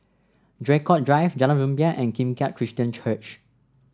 Draycott Drive Jalan Rumbia and Kim Keat Christian Church